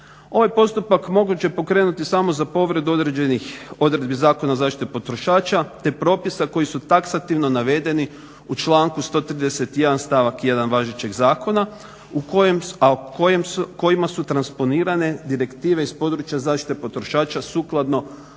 Ovaj postupak moguće je pokrenuti samo za povredu određenih odredbi Zakona o zaštiti potrošača te propisa koji su taksativno navedeni u članku 131. stavak 1. važećeg zakona u kojem, a kojima su transponirane direktive iz područja zaštite potrošača sukladno